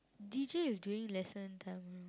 D_J is during lesson time